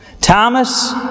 Thomas